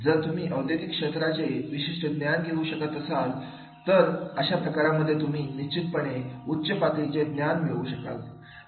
जर तुम्ही औद्योगिक क्षेत्राचे विशिष्ट ज्ञान घेऊ शकत असाल तर अशा प्रकारांमध्ये तुम्ही निश्चितपणे उच्च पातळीचे ज्ञान मिळवू शकाल